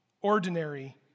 Ordinary